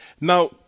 Now